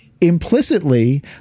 implicitly